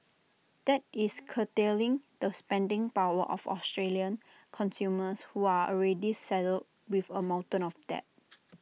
that is curtailing the spending power of Australian consumers who are already saddled with A mountain of debt